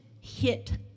hit